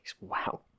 Wow